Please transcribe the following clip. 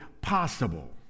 possible